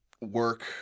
work